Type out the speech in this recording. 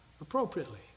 appropriately